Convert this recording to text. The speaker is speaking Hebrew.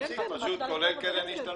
להוסיף פשוט שזה כולל קרן השתלמות.